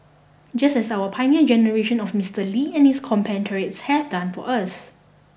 just as our pioneer generation of Mister Lee and his compatriots have done for us